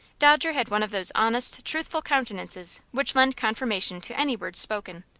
dodger had one of those honest, truthful countenances which lend confirmation to any words spoken.